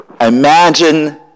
Imagine